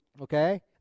okay